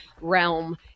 realm